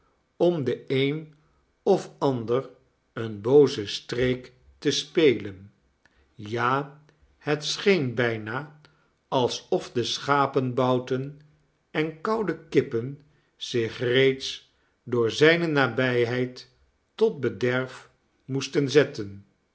om den een of ander een boozen streek tespelen jahetscheen bijna alsof de schapenbouten en koude kippen zich reeds door zijne nabijheid tot bederf moesten zetten